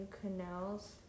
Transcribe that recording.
canals